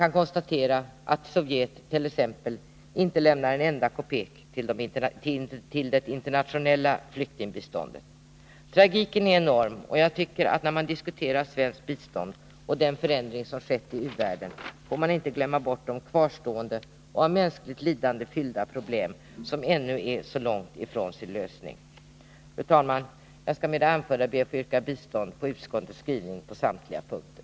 Man kan t.ex. konstatera att Sovjet inte lämnar en enda kopek till det internationella flyktingbiståndet. Tragiken är enorm, och jag tycker, att när man diskuterar svenskt bistånd och den förändring som skett i u-världen, får man inte glömma bort de kvarstående och av mänskligt lidande fyllda problem som ännu är så långt ifrån sin lösning. Fru talman! Jag skall med det anförda be att få yrka bifall till utskottets hemställan på samtliga punkter.